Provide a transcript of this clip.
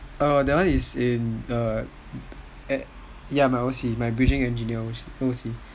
err that one is in my O_C my bridging engineer O_C